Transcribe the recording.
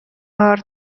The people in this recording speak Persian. بار